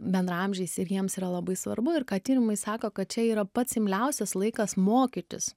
bendraamžiais ir jiems yra labai svarbu ir ką tyrimai sako kad čia yra pats imliausias laikas mokytis